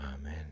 Amen